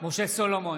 משה סולומון,